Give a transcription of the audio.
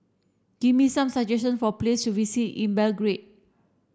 give me some suggestions for places to visit in Belgrade